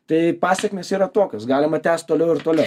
tai pasekmės yra tokios galima tęst toliau ir toliau